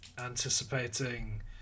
anticipating